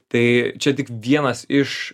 tai čia tik vienas iš